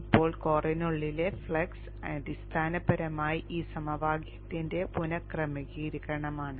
ഇപ്പോൾ കോറിനുള്ളിലെ ഫ്ലക്സ് അടിസ്ഥാനപരമായി ഈ സമവാക്യത്തിന്റെ പുനഃക്രമീകരണമാണ്